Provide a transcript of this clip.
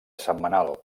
setmanal